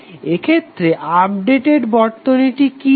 এক্ষেত্রে আপডেটেড বর্তনীটি কি হবে